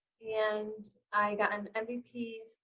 and i got on mvp,